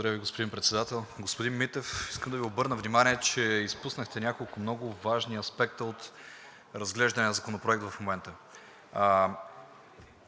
Благодаря, господин Председател. Господин Митев, искам да Ви обърна внимание, че изпуснахте няколко важни аспекта от разглеждания законопроект в момента.